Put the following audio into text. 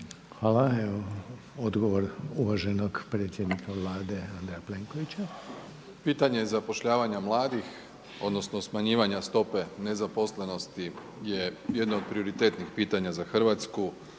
Hvala. Odgovor uvaženog predsjednika Vlade Andreja Plenkovića. **Plenković, Andrej (HDZ)** Pitanje zapošljavanja mladih odnosno smanjivanja stope nezaposlenosti je jedno od prioritetnih pitanja za Hrvatsku.